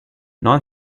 non